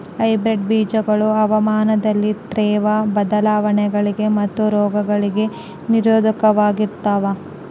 hybrid ಬೇಜಗಳು ಹವಾಮಾನದಲ್ಲಿನ ತೇವ್ರ ಬದಲಾವಣೆಗಳಿಗೆ ಮತ್ತು ರೋಗಗಳಿಗೆ ನಿರೋಧಕವಾಗಿರ್ತವ